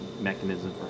mechanism